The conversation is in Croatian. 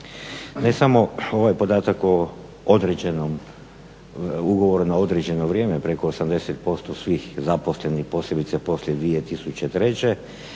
Ne samo ovaj podatak o određenom ugovoru na određeno vrijeme preko 80% svih zaposlenih posebice poslije 2003.